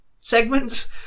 segments